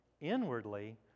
inwardly